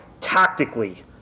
tactically